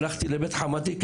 הלכתי לבית חמותי,